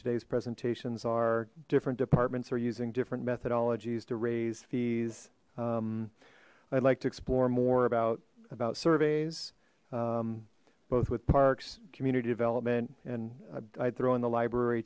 today's presentations are different departments are using different methodologies to raise fees i'd like to explore more about about surveys both with parks community development and i throw in the library